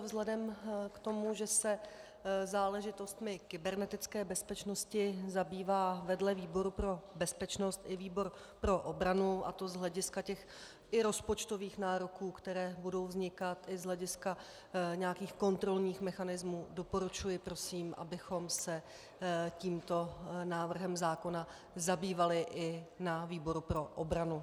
Vzhledem k tomu, že se záležitostmi kybernetické bezpečnosti zabývá vedle výboru pro bezpečnost i výbor pro obranu, a to z hlediska i rozpočtových nároků, které budou vznikat i z hlediska nějakých kontrolních mechanismů, doporučuji prosím, abychom se tímto návrhem zákona zabývali i na výboru pro obranu.